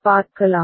பார்க்கலாம்